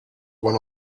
one